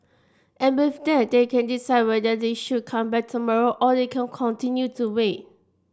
and with that they can decide whether they should come back tomorrow or they can continue to wait